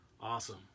Awesome